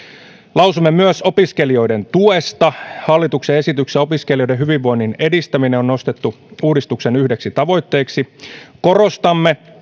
lausumme myös opiskelijoiden tuesta hallituksen esityksessä opiskelijoiden hyvinvoinnin edistäminen on nostettu uudistuksen yhdeksi tavoitteeksi korostamme